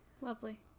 Lovely